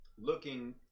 looking